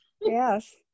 Yes